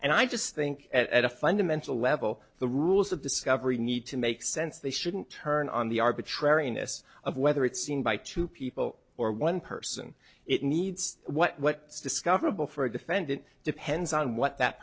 and i just think at a fundamental level the rules of discovery need to make sense they shouldn't turn on the arbitrariness of whether it's seen by two people or one person it needs what discoverable for a defendant depends on what that